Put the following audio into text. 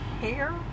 hair